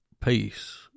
peace